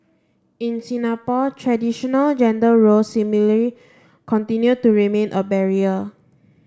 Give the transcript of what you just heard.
in Singapore traditional gender roles similarly continue to remain a barrier